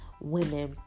women